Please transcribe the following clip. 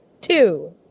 two